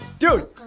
Dude